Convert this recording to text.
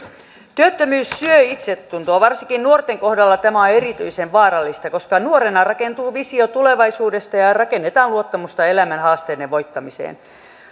työttömyys syö itsetuntoa varsinkin nuorten kohdalla tämä on erityisen vaarallista koska nuorena rakentuu visio tulevaisuudesta ja rakennetaan luottamusta elämän haasteiden voittamiseen